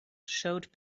showed